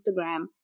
instagram